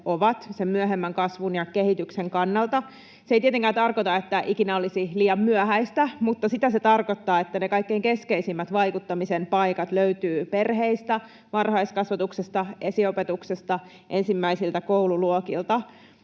ovat sen myöhemmän kasvun ja kehityksen kannalta. Se ei tietenkään tarkoita, että ikinä olisi liian myöhäistä, mutta sitä se tarkoittaa, että ne kaikkein keskeisimmät vaikuttamisen paikat löytyvät perheistä, varhaiskasvatuksesta, esiopetuksesta ja ensimmäisiltä koululuokilta.